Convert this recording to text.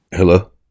Hello